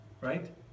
Right